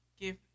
give